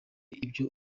ibyo